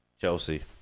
Chelsea